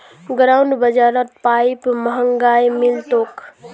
गांउर बाजारत पाईप महंगाये मिल तोक